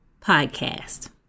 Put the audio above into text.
podcast